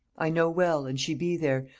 i know well, and she be there,